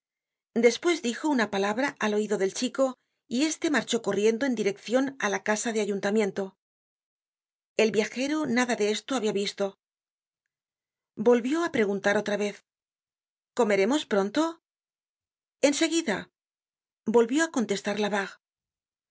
despues dijo una palabra al oido del chico y este marchó corriendo en direccion á la casa de ayuntamiento el viajero nada de esto habia visto volvió á preguntar otra vez comeremos pronto en seguida volvió á contestar